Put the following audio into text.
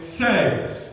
saves